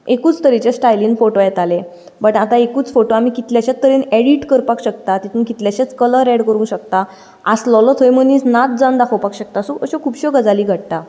एकूच तरेचे स्टायलीन फोटो येताले बट आतां एकूच फोटो आमी कितल्याश्याच तरेन एडीट करपाक शकता तितूंत कितलेशे कलर अॅड करूंक शकता आसलोलो थंय मनीस नाच्च जावन दाखोवपाक शकता सो अश्यो खुबश्यो गजाली घडटा